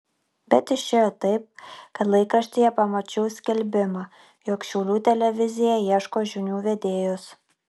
bet išėjo taip kad laikraštyje pamačiau skelbimą jog šiaulių televizija ieško žinių vedėjos